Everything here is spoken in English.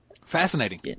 fascinating